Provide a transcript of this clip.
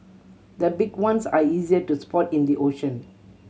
the big ones are easier to spot in the ocean